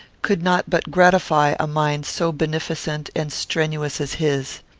could not but gratify a mind so beneficent and strenuous as his.